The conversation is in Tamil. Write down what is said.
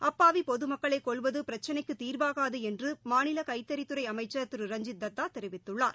அப்பாவி பொதுமக்களை கொல்வது பிரச்சினைக்கு தீர்வாகாது என்று மாநில கைத்தறித்துறை அமைச்சர் திரு ரஞ்ஜித் தத்தா தெரிவித்துள்ளார்